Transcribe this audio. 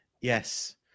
Yes